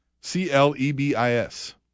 C-L-E-B-I-S